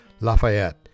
Lafayette